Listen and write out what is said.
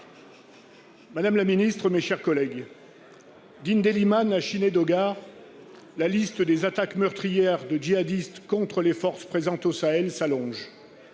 Madame la ministre des armées, d'Indelimane à Chinédogar, la liste des attaques meurtrières de djihadistes contre les forces présentes au Sahel s'allonge,